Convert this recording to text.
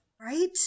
Right